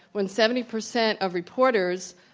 when seventy percent of reporters